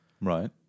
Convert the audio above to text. Right